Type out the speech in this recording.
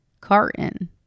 carton